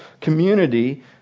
community